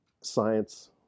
Science